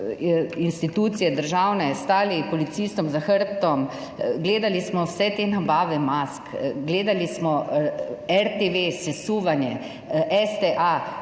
institucije, državne, stali policistom za hrbtom, gledali smo vse te nabave mask gledali, smo 29. TRAK